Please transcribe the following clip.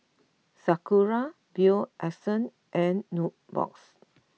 Sakura Bio Essence and Nubox